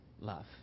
love